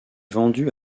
vendu